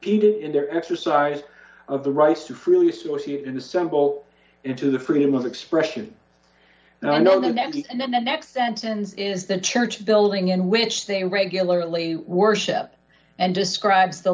heated in their exercise of the rights to freely associate and assemble into the freedom of expression i know that and then the next sentence is the church building in which they regularly worship and describe the